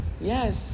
Yes